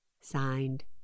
Signed